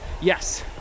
Yes